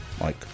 Mike